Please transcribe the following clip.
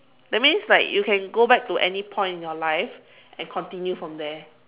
that means like you can go back to any point in your life and continue from there